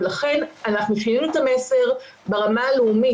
לכן שינינו את המסר ברמה הלאומית,